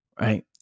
right